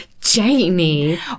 Jamie